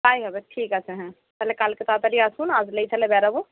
তাই হবে ঠিক আছে হ্যাঁ তাহলে কালকে তাড়াতাড়ি আসুন আসলেই তাহলে বেরাবো